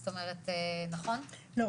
לא,